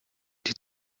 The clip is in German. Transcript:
die